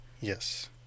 Yes